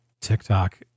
TikTok